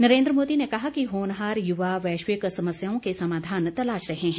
नरेन्द्र मोदी ने कहा कि होनहार युवा वैश्विक समस्याओं के समाधान तलाश रहे हैं